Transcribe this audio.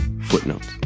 Footnotes